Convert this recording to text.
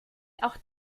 auch